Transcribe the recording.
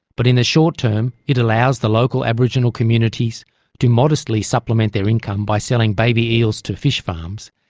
but in the short term it allows the local aboriginal communities to modestly supplement their income by selling baby eels to fish farms,